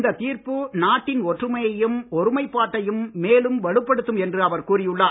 இந்த தீர்ப்பு நாட்டின் ஒற்றுமையையும் ஒருமைப்பாட்டையும் மேலும் வலுப்படுத்தும் என்று அவர் கூறியுள்ளார்